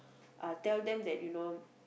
uh tell them that you know